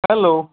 hello